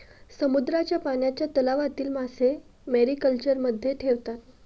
समुद्राच्या पाण्याच्या तलावातील मासे मॅरीकल्चरमध्ये ठेवतात